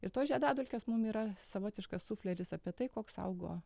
ir tos žiedadulkės mum yra savotiškas sufleris apie tai koks augo